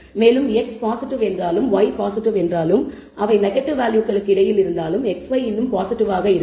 மேலும் x positive என்றாலும் y positive என்றாலும் அவை நெகட்டிவ் வேல்யூகளுக்கு இடையில் இருந்தாலும் xy இன்னும் பாசிட்டிவ் ஆக இருக்கும்